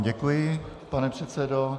Děkuji vám, pane předsedo.